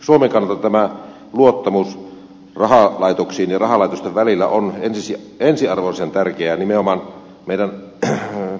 suomen kannalta tämä luottamus rahalaitoksiin ja rahalaitosten välillä on ensiarvoisen tärkeää nimenomaan meidän työllisyyden kannalta